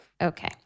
Okay